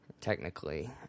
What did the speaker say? technically